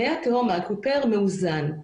מי התהום, האקוויפר מאוזן.